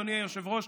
אדוני היושב-ראש,